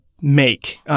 make